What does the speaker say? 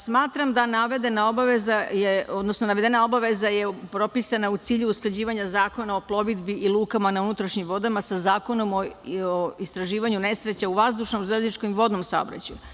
Smatram da navedena obaveza je propisana u cilju usklađivanja Zakona o plovidbi i lukama na unutrašnjim vodama sa Zakonom o istraživanju nesreća u vazdušnom, železničkom i vodnom saobraćaju.